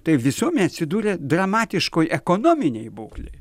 tai visuomenė atsidūrė dramatiškoj ekonominėj būklėj